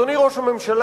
אדוני ראש הממשלה,